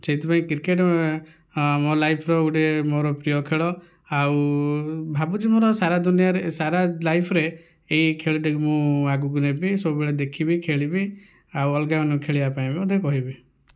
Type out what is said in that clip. ସେଇଥିପାଇଁ କ୍ରିକେଟ ମୋ' ଲାଇଫ୍ର ଗୋଟିଏ ମୋ'ର ପ୍ରିୟ ଖେଳ ଆଉ ଭାବୁଛି ମୋ'ର ସାରା ଦୁନିଆଁରେ ସାରା ଲାଇଫ୍ରେ ଏହି ଖେଳଟିକୁ ମୁଁ ଆଗକୁ ନେବି ସବୁବେଳେ ଦେଖିବି ଖେଳିବି ଆଉ ଅଲଗାମାନଙ୍କୁ ଖେଳିବାପାଇଁ ମଧ୍ୟ କହିବି